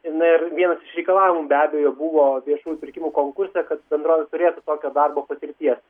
na ir vienas iš reikalavimų be abejo buvo viešųjų pirkimų konkurse kad bendrovė turėtų tokio darbo patirties